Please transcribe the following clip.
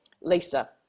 lisa